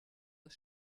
das